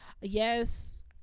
Yes